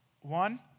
One